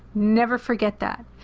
never forget that.